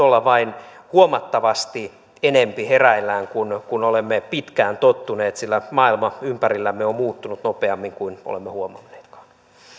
vain olla huomattavasti enempi hereillä kuin olemme pitkään tottuneet sillä maailma ympärillämme on muuttunut nopeammin kuin olemme huomanneetkaan